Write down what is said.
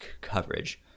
coverage